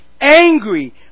angry